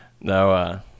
No